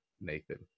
Nathan